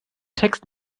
text